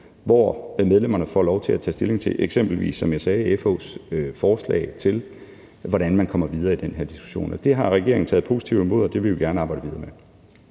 hvor medlemmerne får lov til at tage stilling til – som jeg sagde – eksempelvis FH's forslag til, hvordan man kommer videre i den her diskussion. Og det har regeringen taget positivt imod, og det vil vi gerne arbejde videre med.